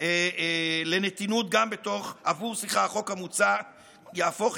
לנתינות גם בתוך הקו הירוק.